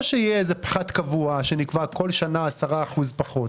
או יהיה פחת קבוע שנקבע כל שנה 10% פחות